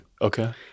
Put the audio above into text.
okay